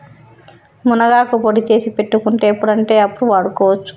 మునగాకు పొడి చేసి పెట్టుకుంటే ఎప్పుడంటే అప్పడు వాడుకోవచ్చు